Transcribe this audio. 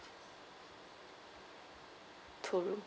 two room